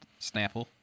Snapple